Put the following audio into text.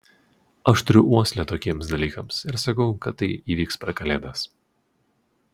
aš turiu uoslę tokiems dalykams ir sakau kad tai įvyks per kalėdas